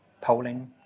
polling